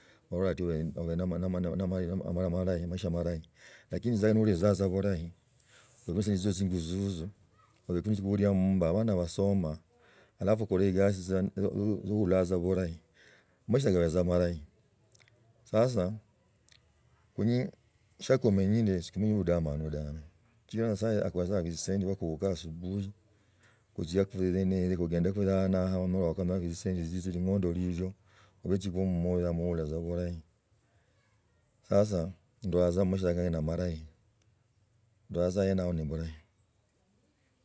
Oben na amisha amalahi lakina za nolitza za bislahi obikho ni shughuli ya mumba abana basoma halafu okola egasi yo ohala tsa bislahi amaisha gabetsa amalahi sasa sa komonye siksinyii ine budamanu dake sichira nyosaye saindi bisa khubukaa asubuhi gutzie ebwene hii gugendekho hano hao naakanako nende tzisendi zisyo ling'ondo liliyo embochi bwo mmoyo amuhula za bulahi sasa ndolanga tsa amasho yaka na amalahi ndolanga ahene yaho noblahi.